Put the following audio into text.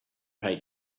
pay